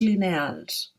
lineals